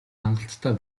хангалттай